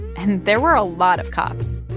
and there were a lot of cops